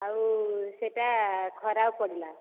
ଆଉ ସେ'ଟା ଖରାପ ପଡ଼ିଲା